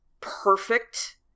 perfect